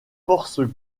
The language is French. forces